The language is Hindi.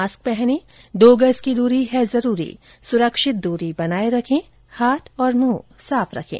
मास्क पहनें दो गज की दूरी है जरूरी सुरक्षित दूरी बनाए रखें हाथ और मुंह साफ रखें